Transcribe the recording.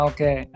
Okay